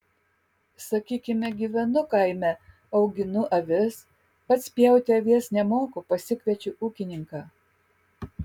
sakykime gyvenu kaime auginu avis pats pjauti avies nemoku pasikviečiu ūkininką